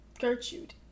Gertrude